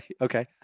Okay